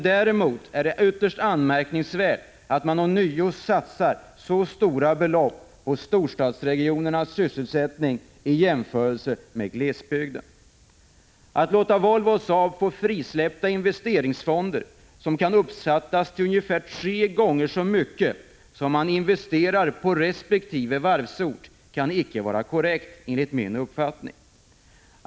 Däremot är det ytterst anmärkningsvärt att man ånyo satsar så stora belopp på storstadsregionernas sysselsättning i jämförelse med glesbygdens. Att låta Volvo och Saab få frisläppta investeringsfonder, som kan uppskattas till ungefär tre gånger så mycket som man investerar i resp. varvsort, kan enligt min uppfattnig icke vara korrekt.